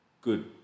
good